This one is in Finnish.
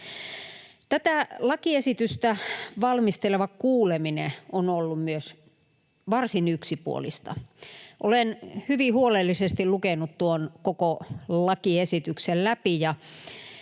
Tätä lakiesitystä valmisteleva kuuleminen on ollut myös varsin yksipuolista. Olen hyvin huolellisesti lukenut tuon koko lakiesityksen läpi,